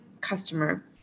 customer